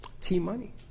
T-Money